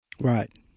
Right